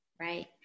Right